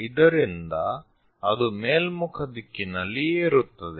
ಇದರಿಂದ ಅದು ಮೇಲ್ಮುಖ ದಿಕ್ಕಿನಲ್ಲಿ ಏರುತ್ತದೆ